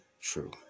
True